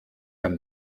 beim